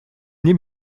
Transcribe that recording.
mnie